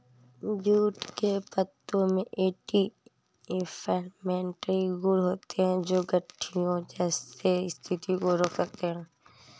jute के पत्तों में एंटी इंफ्लेमेटरी गुण होते हैं, जो गठिया जैसी स्थितियों को रोक सकते हैं